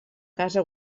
casa